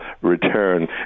return